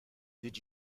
did